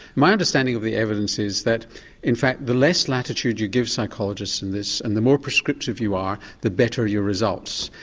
my understanding of the evidence is that in fact the less latitude you give psychologists in this and the more prescriptive you are the better your results.